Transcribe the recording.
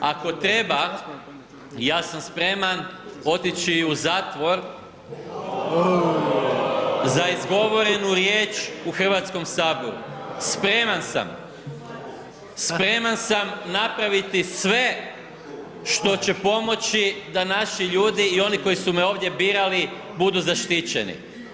Ako treba ja sam spreman otići i u zatvor za izgovorenu riječ u Hrvatskom saboru, spreman sam napraviti sve što će pomoći da naši ljudi i oni koji su me ovdje birali budu zaštićeni.